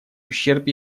ущерб